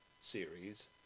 series